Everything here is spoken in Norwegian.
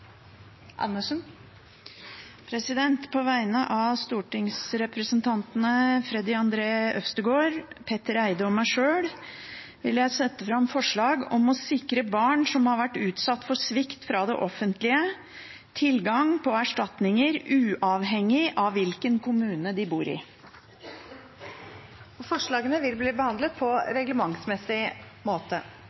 Andersen vil fremsette et representantforslag. På vegne av stortingsrepresentantene Freddy André Øvstegård, Petter Eide og meg sjøl vil jeg sette fram forslag om å sikre barn som har vært utsatt for svikt fra det offentlige, tilgang på erstatninger uavhengig av hvilken kommune de bor i. Representantforslagene vil bli behandlet på reglementsmessig måte.